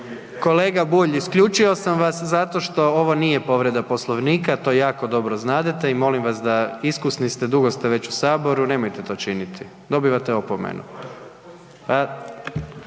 Kolega Bulj isključio sam vas zato što ovo nije povreda Poslovnika, to jako dobro znadete i molim vas da, iskusni ste dugo ste već u Saboru, nemojte to činiti. Dobivate opomenu.